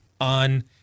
on